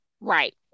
Right